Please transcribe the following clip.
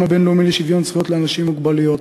הבין-לאומי לשוויון זכויות לאנשים עם מוגבלויות,